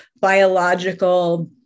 biological